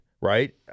right